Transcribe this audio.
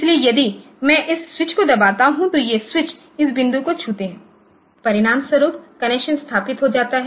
इसलिए यदि मैं इस स्विच को दबाता हूं तो ये स्विच इस बिंदु को छूते हैं परिणामस्वरूप कनेक्शन स्थापित हो जाता है